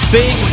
big